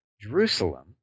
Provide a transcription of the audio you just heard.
Jerusalem